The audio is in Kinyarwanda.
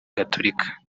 gatulika